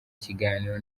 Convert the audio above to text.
kiganiro